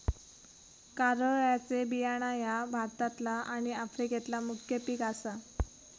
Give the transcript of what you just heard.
कारळ्याचे बियाणा ह्या भारतातला आणि आफ्रिकेतला मुख्य पिक आसा